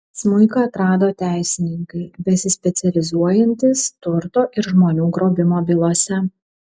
smuiką atrado teisininkai besispecializuojantys turto ir žmonių grobimo bylose